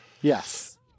Yes